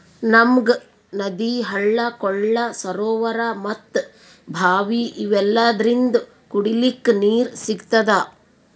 ನಮ್ಗ್ ನದಿ ಹಳ್ಳ ಕೊಳ್ಳ ಸರೋವರಾ ಮತ್ತ್ ಭಾವಿ ಇವೆಲ್ಲದ್ರಿಂದ್ ಕುಡಿಲಿಕ್ಕ್ ನೀರ್ ಸಿಗ್ತದ